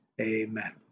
Amen